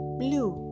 blue